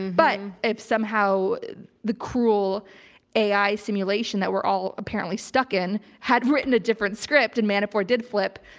but if somehow the cruel ai simulation that we're all apparently stuck in had written a different script and manafort did flip,